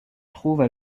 trouve